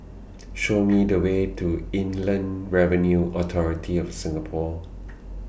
Show Me The Way to Inland Revenue Authority of Singapore